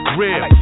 real